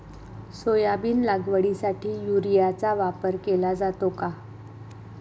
Soybean लागवडीसाठी युरियाचा वापर केला जातो का?